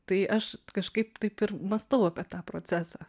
tai aš kažkaip taip ir mąstau apie tą procesą